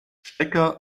stecker